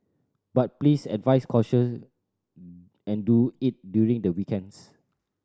but please advise caution and do it during the weekends